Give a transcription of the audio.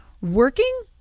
working